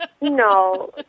No